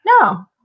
no